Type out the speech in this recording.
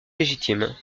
légitime